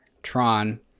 tron